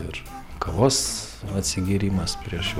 ir kavos atsigėrimas prieš